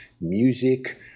music